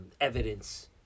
evidence